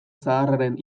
zaharraren